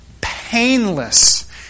painless